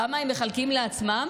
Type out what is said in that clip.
כמה הם מחלקים לעצמם?